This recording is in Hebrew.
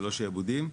ללא שעבודים.